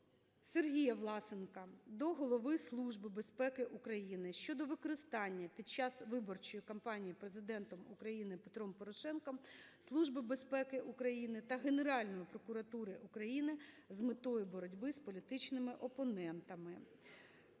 Сергія Власенка до голови Служби безпеки України щодо використання під час виборчої кампанії Президентом України Петром Порошенком Служби безпеки України та Генеральної прокуратури України з метою боротьби з політичними опонентами.